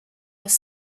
was